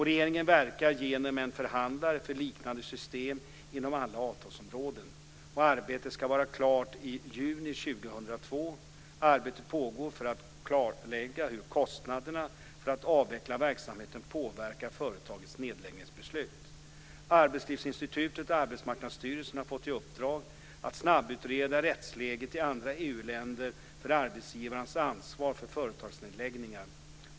Regeringen verkar genom en förhandlare för liknande system inom alla avtalsområden. Arbetet ska vara klart i juni 2002. Arbete pågår för att klarlägga hur kostnaderna för att avveckla verksamhet påverkar företags nedläggningsbeslut. Arbetslivsinstitutet och Arbetsmarknadsstyrelsen har fått i uppdrag att snabbutreda rättsläget i andra EU-länder för arbetsgivarens ansvar vid företagsnedläggningar.